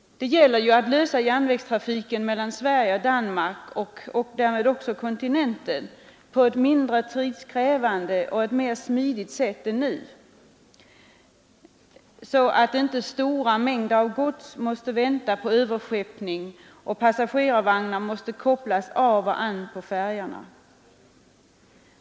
Det gäller att ordna järnvägstrafiken mellan Sverige och Danmark och därmed också kontinenten på ett mindre tidskrävande och mer smidigt sätt än nu så att inte stora mängder av gods måste vänta på överskeppning och passagerarvagnar måste kopplas av och an på färjorna.